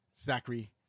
Zachary